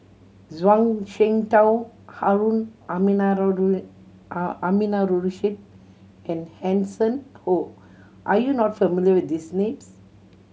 Zhuang Shengtao Harun Aminurrashid and Hanson Ho are you not familiar with these names